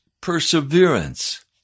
perseverance